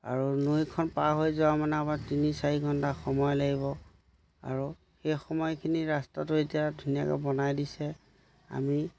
আৰু নৈখন পাৰ হৈ যোৱা মানে আমাৰ তিনি চাৰি ঘণ্টা সময় লাগিব আৰু সেই সময়খিনি ৰাস্তাটো এতিয়া ধুনীয়াকৈ বনাই দিছে আমি